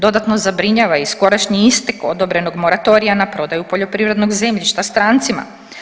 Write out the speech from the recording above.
Dodatno zabrinjava i skorašnji istek odobrenog moratorija na prodaju poljoprivrednog zemljišta strancima.